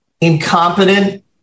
incompetent